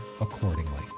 accordingly